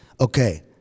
Okay